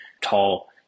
tall